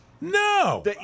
No